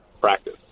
practice